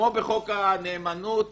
אצלנו בפולנית, ניסן: